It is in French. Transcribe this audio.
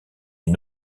une